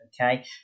Okay